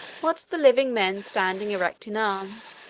what the living men, standing erect in arms,